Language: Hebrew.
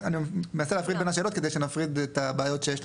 אני מנסה להפריד בין השאלות כדי להפריד את הבעיות שיש לנו.